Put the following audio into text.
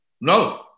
no